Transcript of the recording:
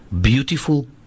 beautiful